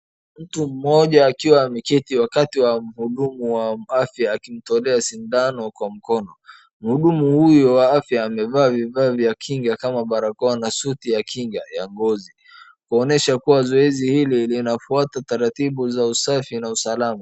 Mtu mmoja akiwa ameketi wakati mhudumu wa afya akimtolea sindano kwa mkono. Mhudumu huyo wa afya amevaa vivavyo vya kinga kama barakoa na suti ya kinga ya ngozi. kuonyesha kuwa zoezi hili linafuata taratibu za usafi na usalama.